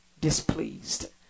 displeased